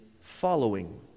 following